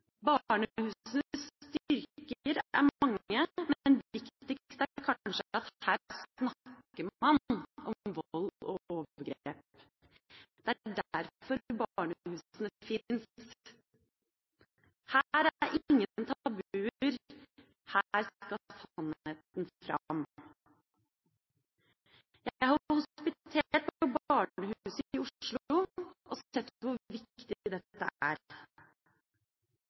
er mange, men viktigst er kanskje at her snakker man om vold og overgrep. Det er derfor barnehusene fins. Her er ingen tabuer, her skal sannheten fram. Jeg har hospitert på barnehuset i Oslo og sett hvor viktig dette er.